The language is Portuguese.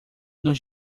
nos